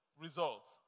results